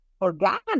organic